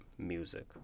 music